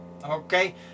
Okay